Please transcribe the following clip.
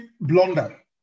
blunder